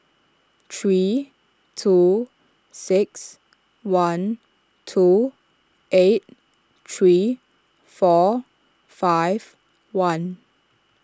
three two six one two eight three four five one